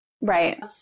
Right